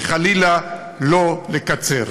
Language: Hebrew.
וחלילה לא לקצר.